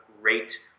great